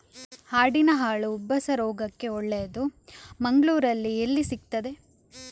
ಆಡಿನ ಹಾಲು ಉಬ್ಬಸ ರೋಗಕ್ಕೆ ಒಳ್ಳೆದು, ಮಂಗಳ್ಳೂರಲ್ಲಿ ಎಲ್ಲಿ ಸಿಕ್ತಾದೆ?